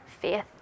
faith